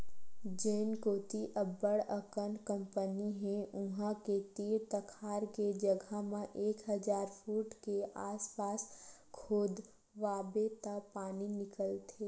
जेन कोती अब्बड़ अकन कंपनी हे उहां के तीर तखार के जघा म एक हजार फूट के आसपास खोदवाबे त पानी निकलथे